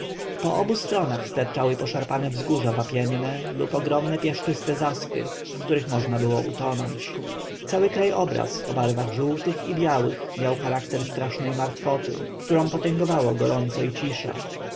po obu stronach sterczały poszarpane wzgórza wapienne lub ogromne piaszczyste zaspy w których można było utonąć cały krajobraz o barwach żółtych i białych miał charakter strasznej martwoty którą potęgowało gorąco i cisza